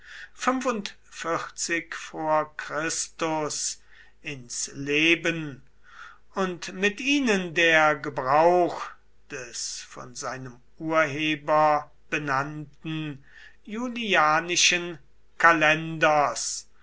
vor chr ins leben und mit ihnen der gebrauch des von seinem urheber benannten julianischen kalenders